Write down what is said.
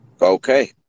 Okay